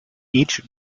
each